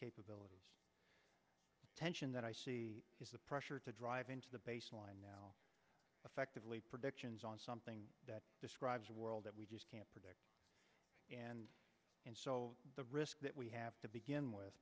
capabilities tension that i see is the pressure to drive into the baseline now effectively predictions on something that describes a world that we just can't predict and and so the risk that we have to begin with